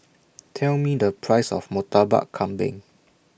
Tell Me The Price of Murtabak Kambing